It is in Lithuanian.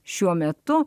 šiuo metu